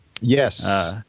Yes